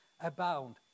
abound